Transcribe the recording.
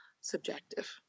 subjective